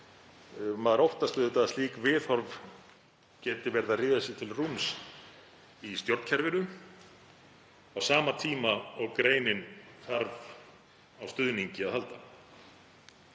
Maður óttast auðvitað að slík viðhorf geti verið að ryðja sér til rúms í stjórnkerfinu á sama tíma og greinin þarf á stuðningi að halda.